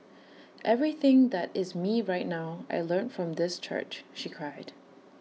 everything that is me right now I learnt from this church she cried